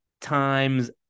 times